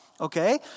Okay